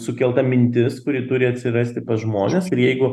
sukelta mintis kuri turi atsirasti pas žmones ir jeigu